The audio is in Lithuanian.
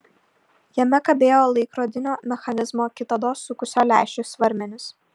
jame kabėjo laikrodinio mechanizmo kitados sukusio lęšį svarmenys